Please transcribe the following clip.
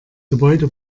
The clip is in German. gebäude